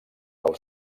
del